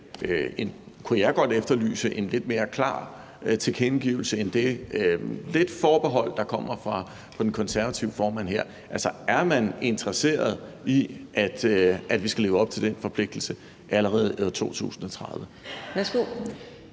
kunne jeg måske godt efterlyse en lidt mere klar tilkendegivelse end den lidt forbeholdne, der kommer fra den konservative formand her. Altså, er man interesseret i, at vi skal leve op til den forpligtelse allerede i 2030?